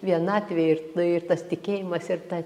vienatvė ir t ir tas tikėjimas ir ta